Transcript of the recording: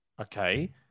Okay